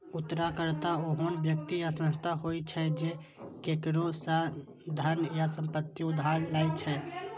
उधारकर्ता ओहन व्यक्ति या संस्था होइ छै, जे केकरो सं धन या संपत्ति उधार लै छै